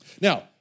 Now